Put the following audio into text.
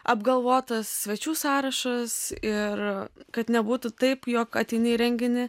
apgalvotas svečių sąrašas ir kad nebūtų taip jog ateini į renginį